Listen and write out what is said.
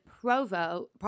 Provo